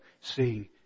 seeing